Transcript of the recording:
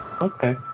okay